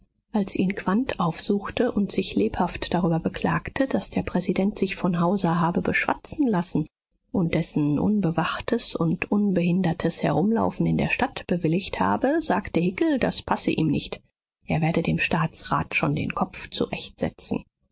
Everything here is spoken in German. als ihn quandt aufsuchte und sich lebhaft darüber beklagte daß der präsident sich von hauser habe beschwatzen lassen und dessen unbewachtes und unbehindertes herumlaufen in der stadt bewilligt habe sagte hickel das passe ihm nicht er werde dem staatsrat schon den kopf zurechtsetzen